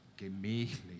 Gemächlich